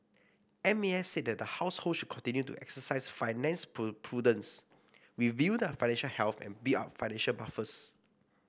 M A S said that households should continue to exercise financial put prudence review their financial health and build up financial buffers